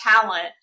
talent